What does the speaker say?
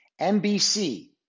NBC